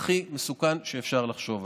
זה האירוע הכי מסוכן שאפשר לחשוב עליו.